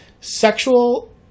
sexual